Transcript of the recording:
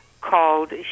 called